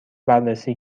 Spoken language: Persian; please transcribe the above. بررسی